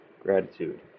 gratitude